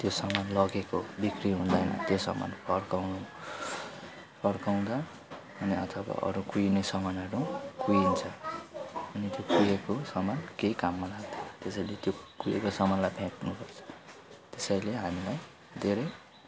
त्यो सामान लगेको बिक्री हुँदैन त्यो सामान फर्काउनु फर्काउँदा अनि अथवा अरू कुहिने सामानहरू कुहिन्छ अनि त्यो कुहिएको सामान केही काममा लाग्दैन त्यसरी त्यो कुहिएको सामानलाई फ्याक्नुपर्छ त्यसैले हामीलाई धेरै